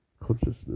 consciousness